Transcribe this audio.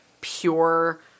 pure